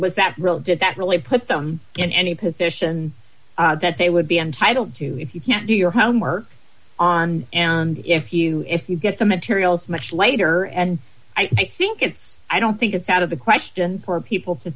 was that really did that really put them in any position that they would be entitled to if you can't do your homework on if you if you get the materials much later and i think it's i don't think it's out of the question for people to